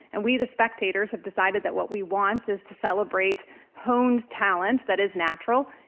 and we the spectators have decided that what we want is to celebrate honed talent that is natural.